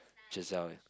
Giselle ya